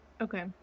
Okay